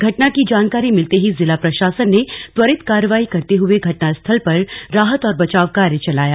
घटना की जानकारी मिलते ही जिला प्रशासन ने त्वरित कार्यवाही करते हुए घटनास्थल पर राहत और बचाव कार्य चलाया